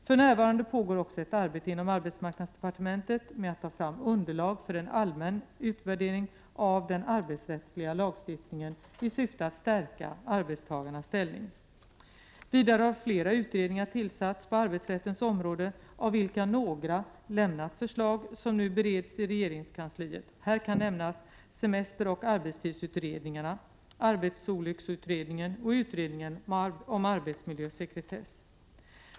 För närvarande pågår också ett arbete inom arbetsmarknadsdepartementet med att ta fram underlag för en allmän utvärdering av den arbetsrättsliga lagstiftningen i syfte att stärka arbetstagarnas ställning. Vidare har flera utredningar tillsatts på arbetsrättens område, av vilka några lämnat förslag som nu bereds i regeringskansliet. Här kan nämnas semesteroch arbetstidsutredningarna, arbetsolycksutredningen och utredningen om arbetsmiljösekretess.